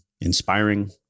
inspiring